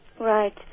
Right